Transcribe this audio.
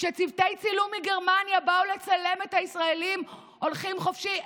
כשצוותי צילום מגרמניה באו לצלם את הישראלים הולכים חופשי,